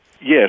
Yes